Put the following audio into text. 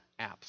apps